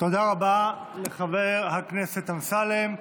תודה רבה לחבר הכנסת אמסלם.